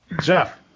Jeff